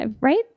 Right